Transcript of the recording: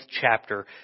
chapter